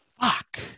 Fuck